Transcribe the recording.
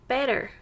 Better